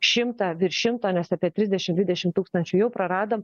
šimtą virš šimto nes apie trisdešim dvidešim tūkstančių jau praradom